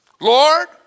Lord